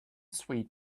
sweet